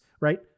right